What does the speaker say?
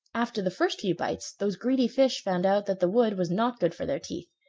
after the first few bites, those greedy fish found out that the wood was not good for their teeth,